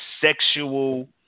sexual